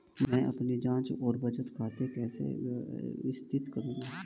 मैं अपनी जांच और बचत खाते कैसे व्यवस्थित करूँ?